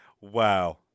Wow